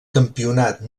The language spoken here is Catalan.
campionat